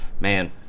man